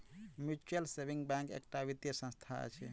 mutual saving bank एकटा वित्तीय संस्था अछि